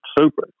super